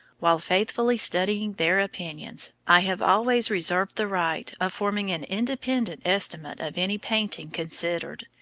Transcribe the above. while faithfully studying their opinions, i have always reserved the right of forming an independent estimate of any painting considered,